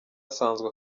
asanzwe